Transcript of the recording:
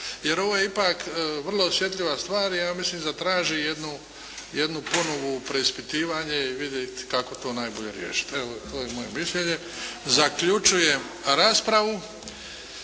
jer ovo je ipak vrlo osjetljiva stvar i ja mislim da traži jedno ponovno preispitivanje i vidjeti kako to najbolje riješiti. Evo, to je moje mišljenje. Zaključujem raspravu.